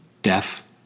Death